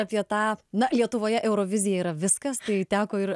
apie tą na lietuvoje eurovizija yra viskas tai teko ir